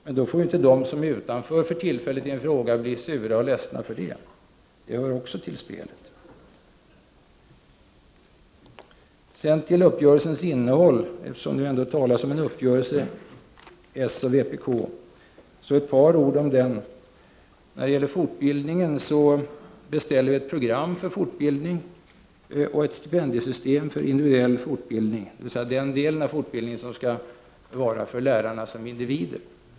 Men då får inte de som för tillfället är utanför i en fråga bli sura och ledsna — det hör också till spelet. Sedan till uppgörelsens innehåll. Eftersom det ändå talas om en uppgörelse mellan socialdemokraterna och vpk vill jag säga några ord om den. Vi beställer ett program för fortbildning och ett stipendiesystem för individuell fortbildning, dvs. den del av fortbildningen som skall svara för lärarna som individer.